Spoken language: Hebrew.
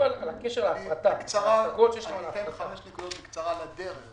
אומר חמש נקודות בקצרה.